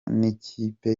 n’ikipe